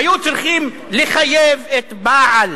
היו צריכים לחייב את בעל